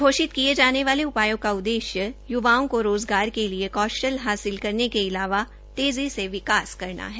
घोषित किए जाने वाले उपायों का उद्देश्य य्वाओं को रोज़गार के लिए कौशल हासिल करने के अलावा तेज़ी से विकास करना है